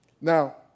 Now